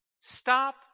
stop